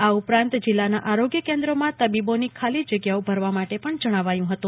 આ ઉપરાંત જીલ્લાના આરોગ્ય કેન્દ્રોમાં તબીબોની ખાલી જગ્યાઓ ભરવા માટે પણ જણાવ્યું હતું